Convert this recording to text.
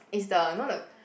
is the you know the